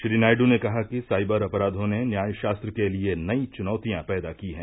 श्री नायडू ने कहा कि साइबर अपराधों ने न्यायशास्त्र के लिए नई चुनौतिया पैदा की हैं